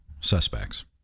suspects